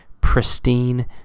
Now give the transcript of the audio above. pristine